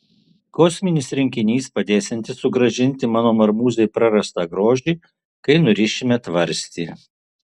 kosminis rinkinys padėsiantis sugrąžinti mano marmūzei prarastą grožį kai nurišime tvarstį